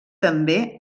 també